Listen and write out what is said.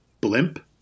Blimp